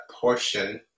portion